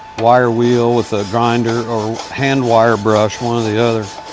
wire wheel with a grinder or hand wire brush. one or the other.